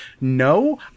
no